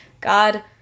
God